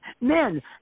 men